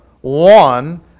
one